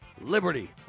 Liberty